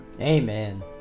amen